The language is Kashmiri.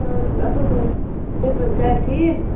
اَہَن حظ اَصٕل پٲٹھۍ تُہۍ أسِو حظ گَرِ ٹھیٖک